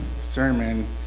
sermon